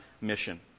mission